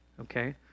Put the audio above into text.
Okay